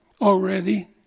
already